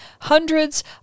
hundreds